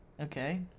Okay